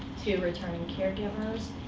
to returning caregivers,